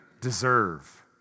deserve